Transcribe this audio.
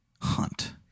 hunt